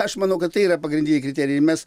aš manau kad tai yra pagrindiniai kriterijai ir mes